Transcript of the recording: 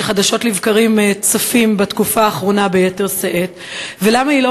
שחדשות לבקרים צפים בתקופה האחרונה ביתר שאת; ולמה היא לא